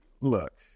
look